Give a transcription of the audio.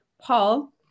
Paul